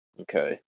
Okay